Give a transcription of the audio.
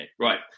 Right